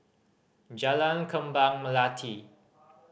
Jalan Kembang Melati